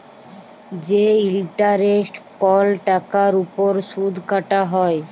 যে ইলটারেস্ট কল টাকার উপর সুদ কাটা হ্যয়